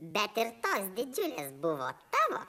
bet ir tos didžiulės buvo tavo